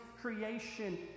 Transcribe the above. creation